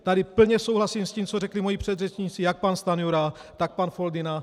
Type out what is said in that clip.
Tady plně souhlasím s tím, co řekli moji předřečníci, jak pan Stanjura, tak pan Foldyna.